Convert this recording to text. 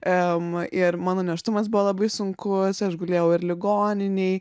em ir mano nėštumas buvo labai sunku aš gulėjau ir ligoninėj